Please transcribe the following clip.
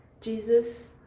Jesus